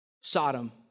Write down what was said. Sodom